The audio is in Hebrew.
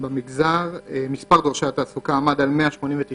מהמגזר הערבי לעומת 1,200 פניות מהתקופה המקבילה